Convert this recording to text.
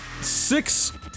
six